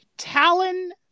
Talon